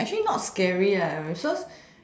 actually not scary so